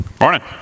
Morning